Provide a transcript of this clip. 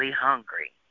hungry